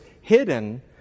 hidden